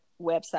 website